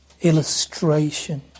illustration